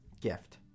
gift